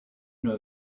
know